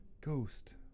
ghost